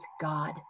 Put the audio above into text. God